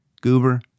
Goober